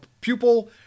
pupil